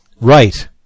Right